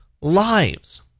lives